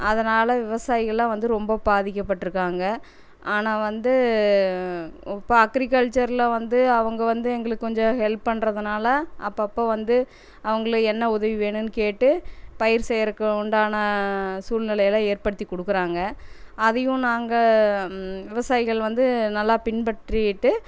அதனால் விவசாயிகள்லாம் வந்து ரொம்ப பாதிக்கப்பட்டிருக்காங்க ஆனால் வந்து இப்போ அக்கிரிகல்ச்சரில் வந்து அவங்க வந்து எங்களுக்கு கொஞ்சம் ஹெல்ப் பண்ணுறதுனால அப்பப்போ வந்து அவங்கள என்ன உதவி வேணும்ன்னு கேட்டு பயிர் செய்யறதுக்கு உண்டான சூழ்நிலைலாம் ஏற்படுத்தி கொடுக்குறாங்க அதையும் நாங்கள் விவசாயிகள் வந்து நல்லா பின்பற்றிட்டு